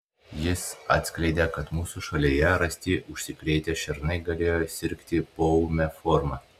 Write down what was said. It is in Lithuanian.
jis atskleidė kad mūsų šalyje rasti užsikrėtę šernai galėjo sirgti poūme forma